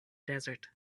desert